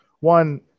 one